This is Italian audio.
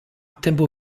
tempo